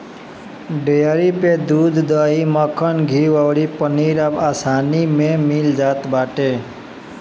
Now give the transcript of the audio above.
dairy पे दूध, दही, मक्खन, घीव अउरी पनीर अब आसानी में मिल जात बाटे